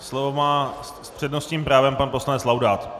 Slovo má s přednostním právem pan poslanec Laudát.